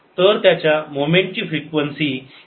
तर त्याच्या मोमेंट ची फ्रीक्वेंसी ही 50 पर सेकंद आहे